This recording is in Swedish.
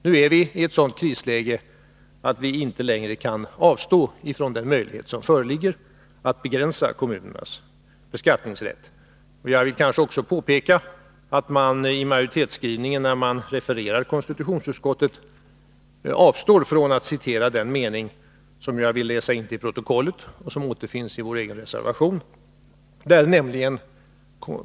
Nu är vi i ett sådant krisläge att vi inte längre kan avstå från den möjlighet som föreligger att begränsa kommunernas beskattningsrätt. Jag kan kanske påpeka att man när man i majoritetsskrivningen refererar konstitutionsutskottet har avstått från att citera en mening som finns i vår reservation och som jag nu vill läsa in i protokollet.